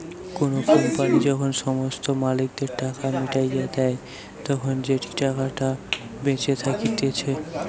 কোনো কোম্পানি যখন সমস্ত মালিকদের টাকা মিটাইয়া দেই, তখন যেই টাকাটা বেঁচে থাকতিছে